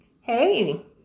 hey